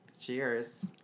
Cheers